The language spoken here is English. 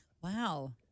wow